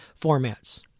formats